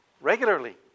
regularly